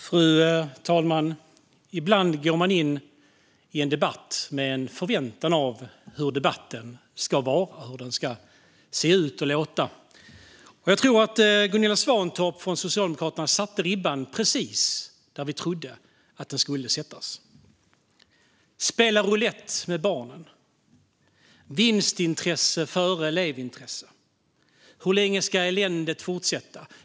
Fru talman! Ibland går man in i en debatt med en förväntan om hur debatten ska vara - om hur den ska se ut och låta. Jag tror att Gunilla Svantorp från Socialdemokraterna satte ribban precis där vi trodde att den skulle sättas. "Spela roulett med barnen." "Vinstintresse före elevintresse." "Hur länge ska eländet fortsätta?"